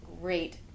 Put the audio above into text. great